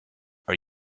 are